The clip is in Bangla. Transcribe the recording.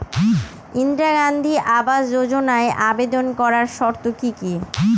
ইন্দিরা গান্ধী আবাস যোজনায় আবেদন করার শর্ত কি কি?